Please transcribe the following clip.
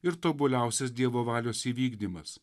ir tobuliausias dievo valios įvykdymas